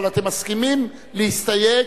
אבל אתם מסכימים להסתייג,